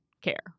care